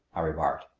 i remarked.